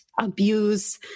abuse